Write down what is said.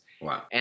Wow